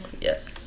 Yes